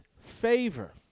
favor